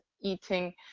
eating